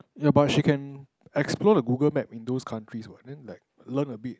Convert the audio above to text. but she can explore the Google Maps in those countries what then like learn a bit